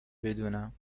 بدونم